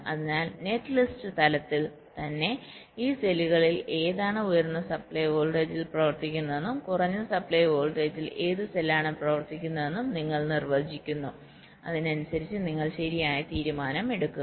അതിനാൽ നെറ്റ്ലിസ്റ്റ് തലത്തിൽ തന്നെ ഈ സെല്ലുകളിൽ ഏതാണ് ഉയർന്ന സപ്ലൈ വോൾട്ടേജിൽ പ്രവർത്തിക്കുന്നതെന്നും കുറഞ്ഞ സപ്ലൈ വോൾട്ടേജിൽ ഏത് സെല്ലാണ് പ്രവർത്തിക്കുന്നതെന്നും നിങ്ങൾ നിർവചിക്കുന്നു അതനുസരിച്ച് നിങ്ങൾ ശരിയായ തീരുമാനം എടുക്കുക